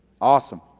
Awesome